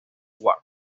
war